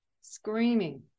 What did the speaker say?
screaming